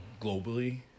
globally